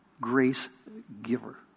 grace-giver